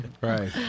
Right